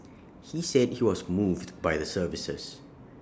he said he was moved by the services